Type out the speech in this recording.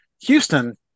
Houston